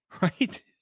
right